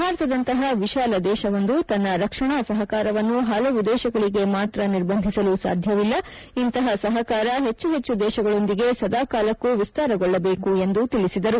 ಭಾರತದಂತಹ ವಿಶಾಲ ದೇಶವೊಂದು ತನ್ನ ರಕ್ಷಣಾ ಸಹಕಾರವನ್ನು ಹಲವು ದೇಶಗಳಿಗೆ ಮಾತ್ರ ನಿರ್ಬಂಧಿಸಲು ಸಾಧ್ಯವಿಲ್ಲ ಇಂತಹ ಸಹಕಾರ ಹೆಚ್ಚು ಹೆಚ್ಚು ದೇಶಗಳೊಂದಿಗೆ ಸದಾ ಕಾಲಕ್ಕೂ ವಿಸ್ತಾರಗೊಳ್ಳಬೇಕು ಎಂದು ತಿಳಿಸಿದರು